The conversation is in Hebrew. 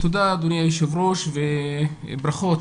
תודה, אדוני היושב-ראש, ברכות